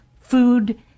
food